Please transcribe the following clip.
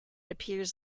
appears